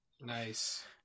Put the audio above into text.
nice